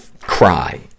cry